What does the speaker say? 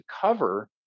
cover